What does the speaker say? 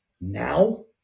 now